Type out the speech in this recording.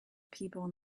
people